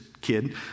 kid